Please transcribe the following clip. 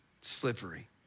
slippery